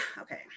Okay